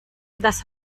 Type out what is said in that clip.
das